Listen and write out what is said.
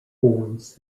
forms